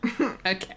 Okay